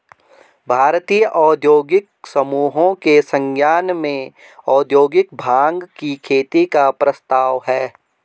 भारतीय औद्योगिक समूहों के संज्ञान में औद्योगिक भाँग की खेती का प्रस्ताव है